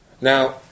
Now